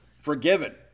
forgiven